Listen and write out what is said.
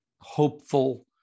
hopeful